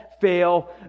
fail